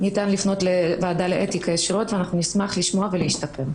וביקש שאשמור איתו על קשר עין לאורך הבדיקה על מנת שיבין מתי כואב לי.